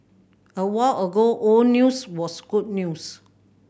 a while ago all news was good news